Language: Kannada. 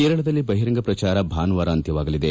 ಕೇರಳದಲ್ಲಿ ಬಹಿರಂಗ ಪ್ರಚಾರ ಭಾನುವಾರ ಅಂತ್ಯವಾಗಲಿದೆ